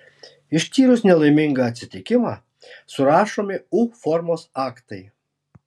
ištyrus nelaimingą atsitikimą surašomi u formos aktai